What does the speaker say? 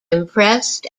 impressed